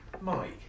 Mike